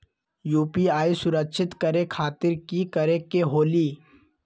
UPI सुरक्षित करे खातिर कि करे के होलि?